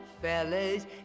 fellas